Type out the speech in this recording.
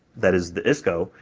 that is the isco,